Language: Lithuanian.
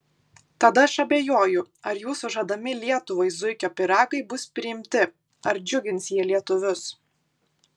tad aš abejoju ar jūsų žadami lietuvai zuikio pyragai bus priimti ar džiugins jie lietuvius